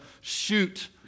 shoot